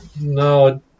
No